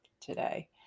today